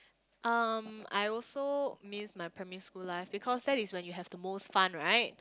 um I also miss my primary school life because that was when you have the most fun right